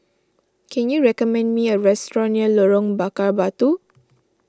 can you recommend me a restaurant near Lorong Bakar Batu